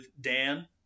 Dan